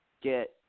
get